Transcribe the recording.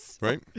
Right